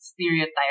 stereotype